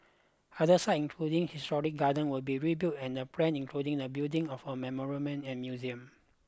other sites including historic gardens will be rebuilt and the plan including the building of a memorial and museum